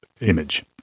image